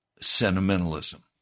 sentimentalism